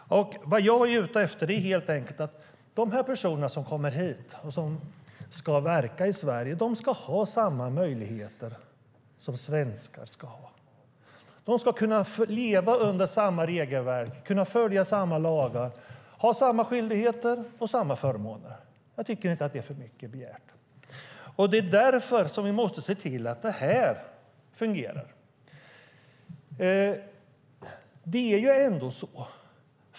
De personer som kommer hit och ska verka i Sverige ska ha samma möjligheter som svenskar har. De ska kunna leva under samma regelverk, följa samma lagar och ha samma skyldigheter och förmåner. Det är inte för mycket begärt. Därför måste vi se till att detta fungerar.